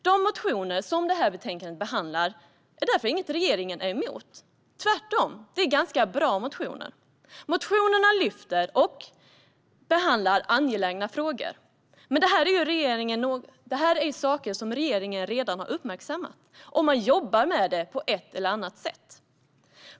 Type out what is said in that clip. De motioner som betänkandet behandlar är därför inget regeringen är emot. Tvärtom är det bra motioner. Motionerna lyfter upp och behandlar angelägna frågor. Men det är frågor som regeringen redan har uppmärksammat. Regeringen jobbar med dem på ett eller annat sätt.